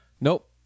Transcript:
Nope